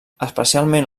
especialment